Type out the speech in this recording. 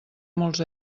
molts